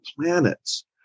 planets